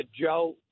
Joe